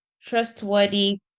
trustworthy